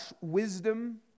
wisdom